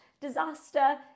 disaster